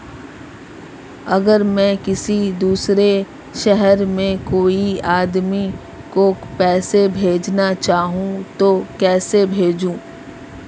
अगर मैं किसी दूसरे शहर में कोई आदमी को पैसे भेजना चाहूँ तो कैसे भेजूँ?